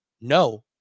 no